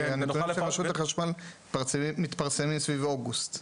כי אני יודע שרשות החשמל מתפרסמים סביב אוגוסט.